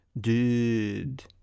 dude